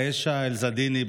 עיישה אלזיאדנה,